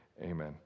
Amen